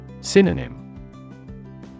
Synonym